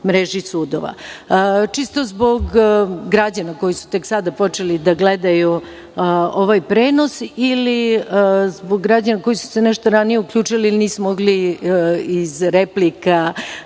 mreži sudova. Čisto zbog građana koji su tek sada počeli da gledaju ovaj prenos ili zbog građana koji su se nešto ranije uključili i nisu mogli iz replika